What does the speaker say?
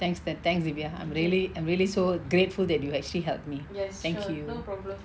thanks thanks dyvia I'm really I'm really so grateful that you actually help me thank you